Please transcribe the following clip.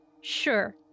Sure